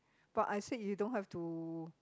but I speak you don't have to